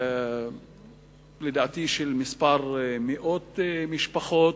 לדעתי של כמה מאות משפחות,